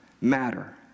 matter